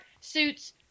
suits